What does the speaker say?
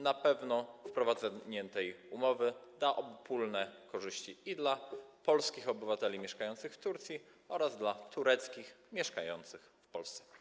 Na pewno wprowadzenie tej umowy da obopólne korzyści dla polskich obywateli mieszkających w Turcji oraz dla tureckich mieszkających w Polsce.